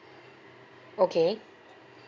okay